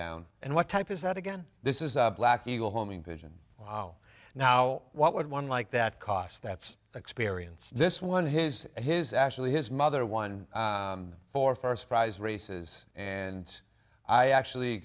down and what type is that again this is a black eagle homing pigeon wow now what would one like that cost that's experience this one his his actually his mother won for first prize races and i actually